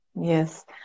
Yes